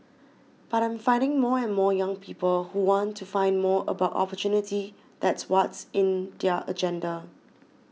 but I'm finding more and more young people who want to find more about opportunity that's what's in their agenda